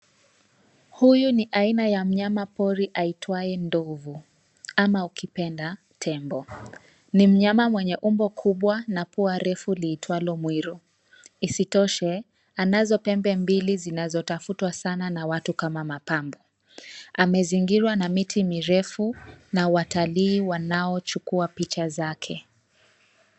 Huyu ni aina ya mnyama pori aitwae ndovo ama ukipenda tembo, ni mnyama mwenye umbo kubwa pua refu liitwalo mwiro isitoshe anazo pembe mbili sinazotafutwa sana na watu kama mapambo, amezingirwa miti mirefu na watalii wanaochukuwa picha zake.